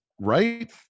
Right